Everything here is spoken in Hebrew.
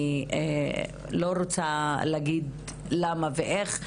אני לא רוצה להגיד למה ואיך,